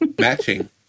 matching